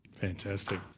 Fantastic